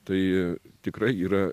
tai tikrai yra